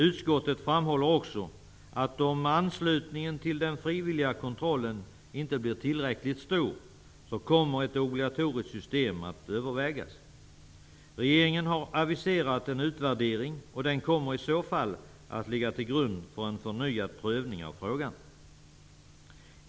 Utskottet framhåller också att om anslutningen till den frivilliga kontrollen inte blir tillräckligt stor kommer ett obligatoriskt system att övervägas. Regeringen har aviserat en utvärdering. Den kommer i så fall att ligga till grund för en förnyad prövning av frågan.